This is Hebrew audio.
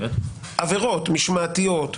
עבירות משמעתיות,